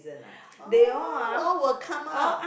oh all will come out